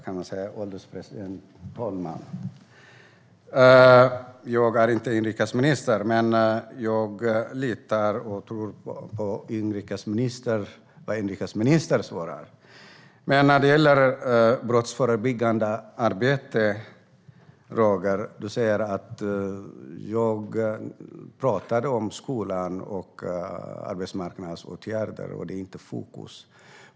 Herr ålderspresident! Jag är inte inrikesminister, men jag litar på och tror på inrikesministerns svar. När det gäller brottsförebyggande arbete, Roger, talade jag om skola och arbetsmarknadsåtgärder, men du säger att det inte är i fokus.